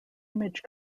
image